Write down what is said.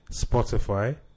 Spotify